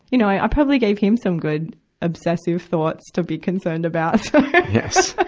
you know, i probably gave him some good obsessive thoughts to be concerned about, yes!